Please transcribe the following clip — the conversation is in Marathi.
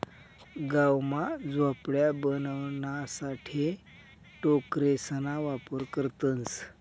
गाव मा झोपड्या बनवाणासाठे टोकरेसना वापर करतसं